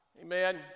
Amen